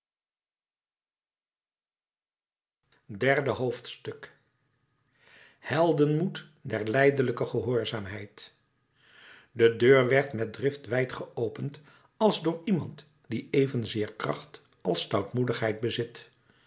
derde hoofdstuk heldenmoed der lijdelijke gehoorzaamheid de deur werd met drift wijd geopend als door iemand die evenzeer kracht als stoutmoedigheid bezit